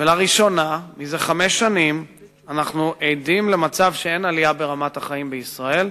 לראשונה זה חמש שנים אנחנו עדים למצב שאין עלייה ברמת החיים בישראל.